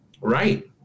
Right